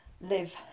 live